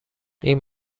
این